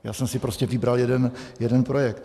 Já jsem si prostě vybral jeden projekt.